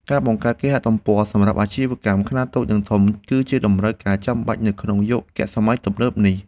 ការបង្កើតគេហទំព័រសម្រាប់អាជីវកម្មខ្នាតតូចនិងធំ គឺជាតម្រូវការចាំបាច់នៅក្នុងយុគសម័យទំនើបនេះ។